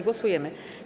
Głosujemy.